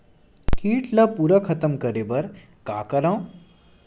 कीट ला पूरा खतम करे बर का करवं?